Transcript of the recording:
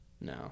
no